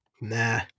Nah